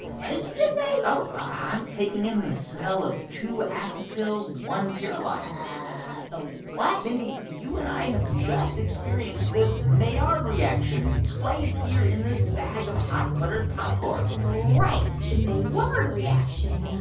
what did you just say? oh, i'm taking in the smell of two acetyl one pyrroline ah the what? mindy, you and i have just experienced the maillard um reaction right here in this bag of hot buttered popcorn right, the maillard reaction.